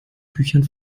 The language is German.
büchern